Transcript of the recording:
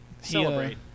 Celebrate